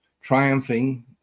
triumphing